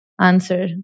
answer